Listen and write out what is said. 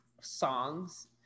songs